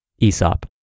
Aesop